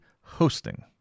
hosting